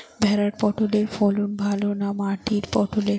ভেরার পটলের ফলন ভালো না মাটির পটলের?